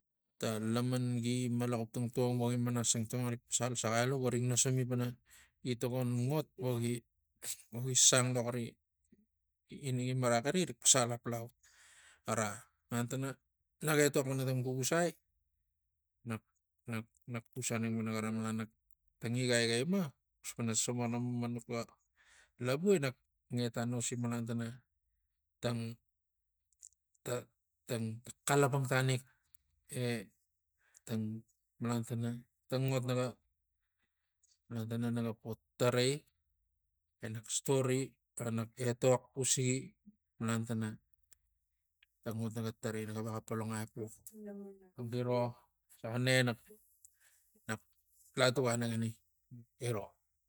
Ta laman gi malaxup tangtong vo gi manas tangtong erik pasal saxai alu vorik nasami pana ga tokon ot vogi vogi sang lo xari vogi maraxaniri rik pasal apalau. Ara malan tana naga etok pana ta vuvusai nak- nak- nak xus aneng manmanux ga labu enak ngeta nosi malan tana tang tang tang tang xalapang tanik e tang malan tana tang ot naga naga malan tana naga po tarai enak stori vo nak etok usigi malan tana tang ot naga tarai naga vexa palangai epux giro saga ne nak- nak- nak latu kanengini giro.